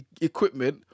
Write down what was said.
equipment